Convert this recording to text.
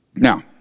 Now